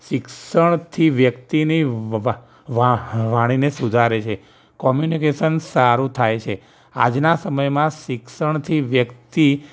શિક્ષણથી વ્યક્તિની વવ વાહ વાણીને સુધારે છે કમ્યુનિકેશન સારું થાય છે આજના સમયમા શિક્ષણથી વ્યક્તિ